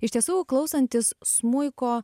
iš tiesų klausantis smuiko